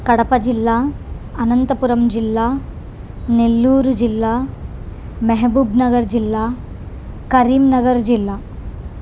కడప జిల్లా అనంతపురం జిల్లా నెల్లూరు జిల్లా మహబూబ్నగర్ జిల్లా కరీంనగర్ జిల్లా